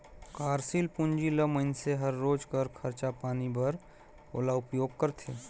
कारसील पूंजी ल मइनसे हर रोज कर खरचा पानी बर ओला उपयोग करथे